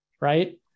right